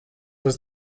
was